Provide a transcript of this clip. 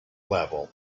level